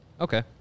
Okay